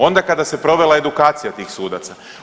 Onda kada se provela edukacija tih sudaca.